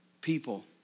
people